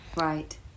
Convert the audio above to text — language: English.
right